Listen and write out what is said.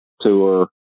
tour